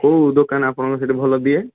କେଉଁ ଦୋକାନ ଆପଣଙ୍କର ସେଠି ଭଲ ଦିଏ